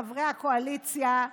חברי הקואליציה,